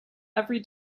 every